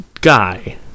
guy